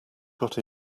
got